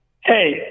Hey